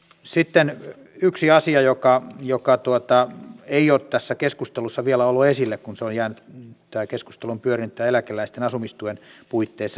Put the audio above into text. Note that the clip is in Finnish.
sitten yksi asia joka ei ole tässä keskustelussa vielä ollut esillä kun tämä keskustelu on pyörinyt tämän eläkeläisten asumistuen puitteissa